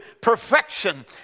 perfection